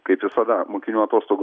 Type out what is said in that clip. kaip visada mokinių atostogų